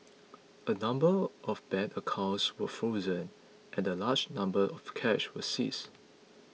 a number of bank accounts were frozen and a large number of cash was seized